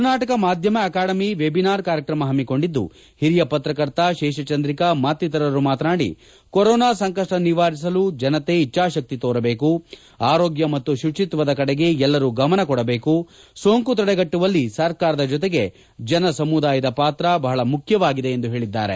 ಕರ್ನಾಟಕ ಮಾಧ್ಯಮ academy webinar ಕಾರ್ಯಕ್ರಮ ಹಮ್ಮಿಕೊಂಡಿದ್ದು ಹಿರಿಯ ಪತ್ರಕರ್ತ ಶೇಷಚಂದ್ರಿಕಾ ಮತ್ತಿತರರು ಮಾತನಾಡಿ ಕೊರೋನಾ ಸಂಕಷ್ವ ನಿವಾರಿಸಲು ಜನತೆ ಇಚ್ಚಾಶಕ್ತಿ ತೋರಬೇಕು ಆರೋಗ್ಯ ಮತ್ತು ಶುಚಿತ್ವದ ಕಡೆಗೆ ಎಲ್ಲರೂ ಗಮನ ಕೊಡಬೇಕು ಸೋಂಕು ತಡೆಗಟ್ಟುವಲ್ಲಿ ಸರ್ಕಾರದ ಜೊತೆಗೆ ಜನ ಸಮುದಾಯದ ಪಾತ್ರ ಬಹಳ ಮುಖ್ಯವಾಗಿದೆ ಎಂದು ಹೇಳಿದರು